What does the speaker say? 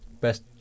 best